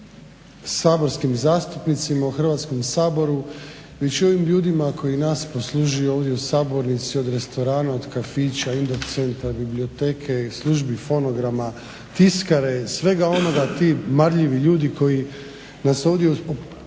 o saborskim zastupnicima u Hrvatskom saboru već i o ovim ljudima koji nas poslužuju ovdje u sabornici od restorana, od kafića, info centra, biblioteke i službi fonograma, tiskare i svega onoga. Ti marljivi ljudi koji nas ovdje